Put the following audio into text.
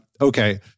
okay